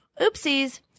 oopsies